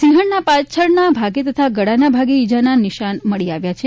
સિંહણના પાછળના ભાગે તથા ગળાના ભાગે ઇજાના નિસાન મળી આવ્યા છે